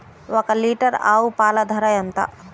ఒక్క లీటర్ ఆవు పాల ధర ఎంత?